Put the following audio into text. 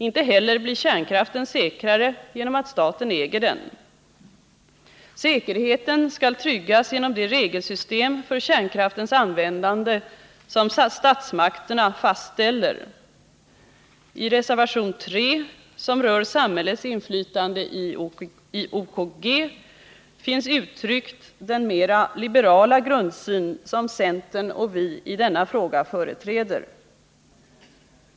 Inte heller blir kärnkraften säkrare genom att staten äger den. Säkerheten skall tryggas genom det regelsystem för kärnkraftens användande som statsmakterna fastställer. I reservation 3, som rör samhällets inflytande i OKG, finns den mera liberala grundsyn uttryckt som centern och vi i denna fråga företräder.